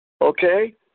okay